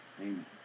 amen